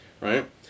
right